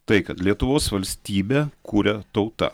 tai kad lietuvos valstybę kuria tauta